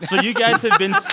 you guys have been. it's